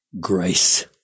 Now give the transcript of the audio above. grace